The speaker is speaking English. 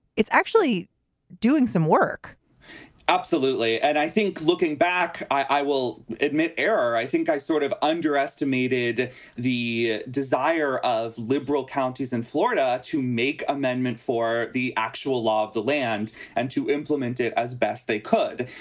it's actually doing some work absolutely. and i think looking back, i will admit error. i think i sort of underestimated the desire of liberal counties in florida to make amendment for the actual law of the land and to implement it as best they could.